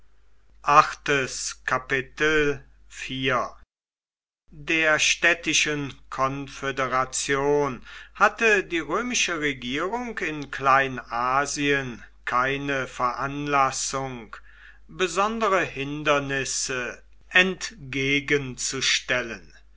der städtischen konföderation hatte die römische regierung in kleinasien keine veranlassung besondere hindernisse entgegenzustellen